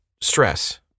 stress